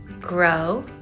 grow